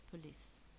police